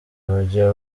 bajya